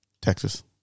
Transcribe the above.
Texas